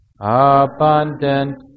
abundant